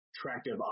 attractive